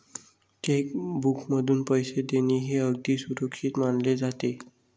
check बुकमधून पैसे देणे हे अगदी सुरक्षित मानले जाते